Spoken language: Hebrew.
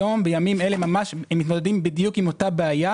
בימים אלו ממש הם מתמודדים עם אותה בעיה,